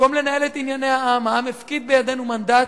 במקום לנהל את ענייני העם, העם הפקיד בידינו מנדט,